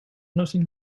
nursing